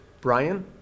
Brian